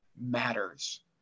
matters